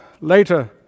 later